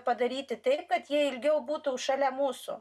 padaryti taip kad jie ilgiau būtų šalia mūsų